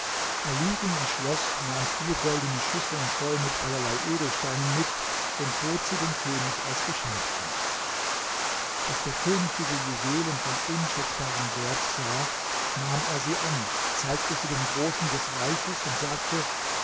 ali ging ins schloß nahm vier goldene schüsseln voll mit allerlei edelsteinen mit und bot sie dem könig als geschenk an als der könig diese juwelen von unschätzbarem wert sah nahm er sie an zeigte sie den großen des reiches und sagte